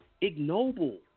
ignoble